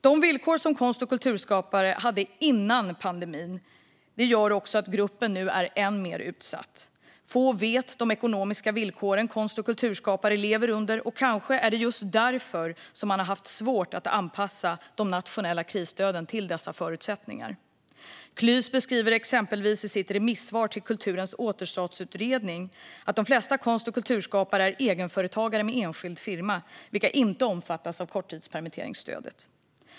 De villkor som konst och kulturskapare hade innan pandemin gör också att gruppen nu är än mer utsatt. Få vet de ekonomiska villkoren som konst och kulturskapare lever under, och kanske är det just därför som man har haft svårt att anpassa de nationella krisstöden till dessa förutsättningar. Klys beskriver exempelvis i sitt remissvar till kulturens återstartsutredning att de flesta konst och kulturskapare är egenföretagare med enskild firma, vilka inte omfattas av korttidspermitteringsstödet.